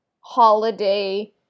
holiday